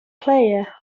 player